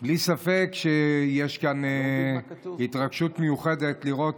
בלי ספק יש כאן התרגשות מיוחדת לראות